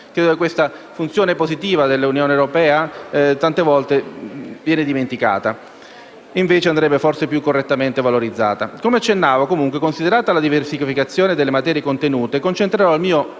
Credo che questa funzione positiva dell'Unione europea molto spesso venga dimenticata e, invece, andrebbe più correttamente valorizzata. Come accennavo, comunque, considerata la diversificazione delle materie contenute, concentrerò il mio